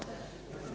Hvala.